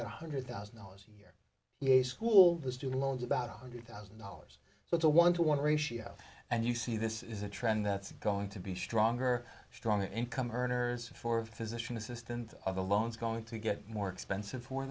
one hundred thousand dollars a year yeah school the student loans about one hundred thousand dollars so it's a one to one ratio and you see this is a trend that's going to be stronger stronger income earners for a physician assistant of the loans going to get more expensive for